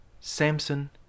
Samson